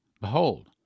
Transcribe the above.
Behold